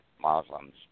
Muslims